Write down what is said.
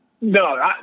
No